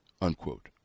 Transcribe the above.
Unquote